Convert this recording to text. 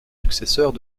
successeurs